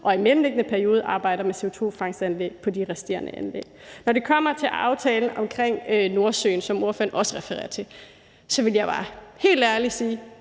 og i en mellemliggende periode arbejder med CO2-fangstsanlæg på de resterende anlæg. Når det kommer til aftalen om Nordsøen, som ordføreren også refererer til, vil jeg bare helt ærligt sige,